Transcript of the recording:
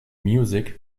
music